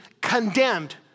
condemned